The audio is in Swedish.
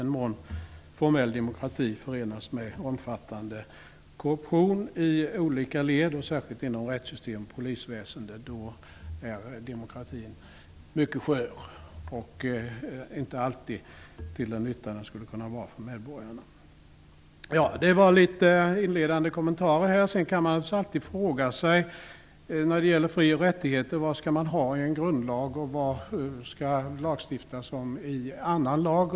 När formell demokrati förenas med omfattande korruption i olika led, särskilt inom rättssystem och polisväsende, är demokratin mycket skör och inte alltid till den nytta för medborgarna som den skulle kunna vara. Det var några inledande kommentarer. När det gäller fri och rättigheter kan man alltid fråga sig vad som skall finnas med i en grundlag och vad som skall lagstiftas om i annan lag.